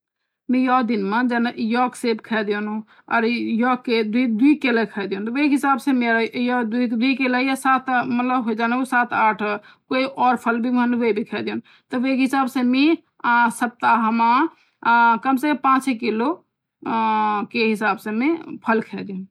यो दिन माँ जन में योक सेब खे द्यन्दु और द्वी केला खे द्यन्दु वे के हिसाब से में जान साथ आठ फल खे द्यन्दु वे के हिसाब से में सप्ताह माँ कम से कम पांच छे किलो के हिसाब से फल कहे द्येन्दु